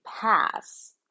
pass